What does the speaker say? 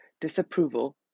disapproval